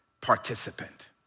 participant